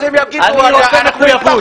אני רוצה מחויבות.